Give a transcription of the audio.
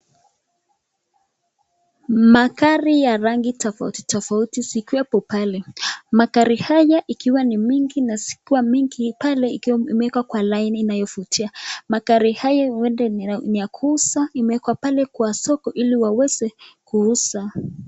Magari ya rangi tofauti tofauti zikiwepo pale magari haya ikiwa ni mingi na zikiwa mingi pale imewekwa kwa laini inayovutia magari hayo huenda ni ya kuuza imwekwa pale kwa soko ili waweze kuuza.